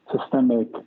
Systemic